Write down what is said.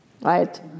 Right